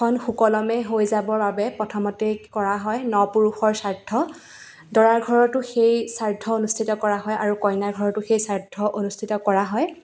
খন সুকলমে হৈ যাবৰ বাবে প্ৰথমতেই কৰা হয় ন পুৰুষৰ শ্ৰাদ্ধ দৰাৰ ঘৰতো সেই শ্ৰাদ্ধ অনুষ্ঠিত কৰা হয় আৰু কইনা ঘৰতো সেই শ্ৰাদ্ধ অনুষ্ঠিত কৰা হয়